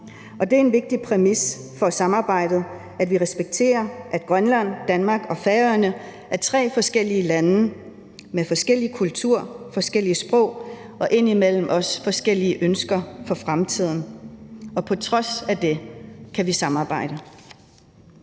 Og det er en vigtig præmis for at samarbejde, at vi respekterer, at Grønland, Danmark og Færøerne er tre forskellige lande med forskellige kulturer, forskellige sprog og indimellem også forskellige ønsker for fremtiden. Og på trods af det kan vi godt samarbejde.